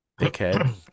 Dickhead